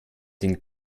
den